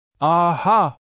Aha